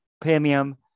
Premium